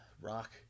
rock